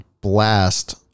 blast